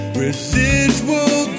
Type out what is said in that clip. residual